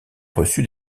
reçu